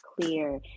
clear